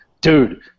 dude